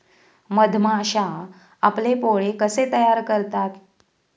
मधमाश्या आपले पोळे कसे तयार करतात?